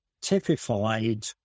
typified